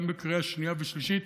גם בקריאה שנייה ושלישית.